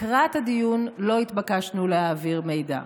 לקראת הדיון לא התבקשנו להעביר מידע.